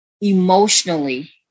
Emotionally